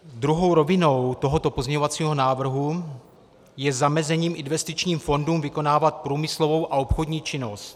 Druhou rovinou tohoto pozměňovacího návrhu je zamezení investičním fondům vykonávat průmyslovou a obchodní činnost.